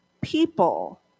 people